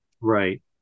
Right